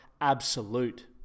absolute